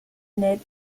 näht